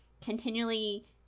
continually